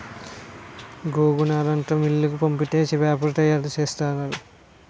గోగునారంతా మిల్లుకు పంపితే పేపరు తయారు సేసేత్తారు